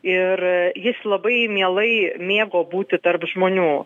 ir jis labai mielai mėgo būti tarp žmonių